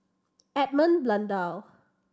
Edmund Blundell